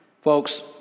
Folks